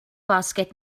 basket